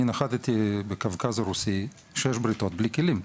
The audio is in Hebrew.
אני נחתתי בקווקז הרוסי - שש בריתות בלי כלים.